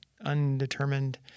undetermined